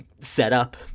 setup